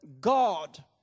God